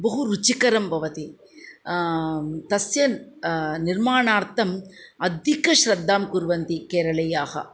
बहु रुचिकरं भवति तस्य निर्माणार्थम् अधिकां श्रद्धां कुर्वन्ति केरळीयाः